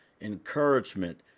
encouragement